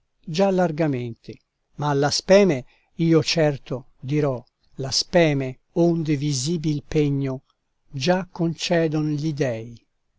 già largamente ma la speme io certo dirò la speme onde visibil pegno già concedon gli dei